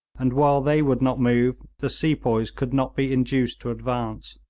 and while they would not move the sepoys could not be induced to advance.